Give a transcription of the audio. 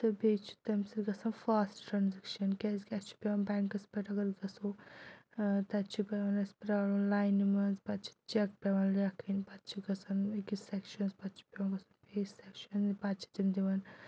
تہٕ بیٚیہِ چھُ تمہِ سۭتۍ گژھان فاسٹ ٹرٛانزٮ۪کشَن کیٛازکہِ اَسہِ چھُ پٮ۪وان بٮ۪نٛکَس پٮ۪ٹھ اگر أسۍ گژھو تَتہِ چھُ پٮ۪وان اَسہِ پرٛارُن لاینہِ منٛز پَتہٕ چھِ چَک پٮ۪وان لیکھٕنۍ پَتہٕ چھِ گَژھان أکِس سٮ۪کشَنَس پَتہٕ چھِ پٮ۪وان گژھُن بیٚیِس سٮ۪کشَن پَتہٕ چھِ تِم دِوان